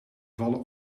vallen